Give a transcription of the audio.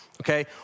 okay